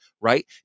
right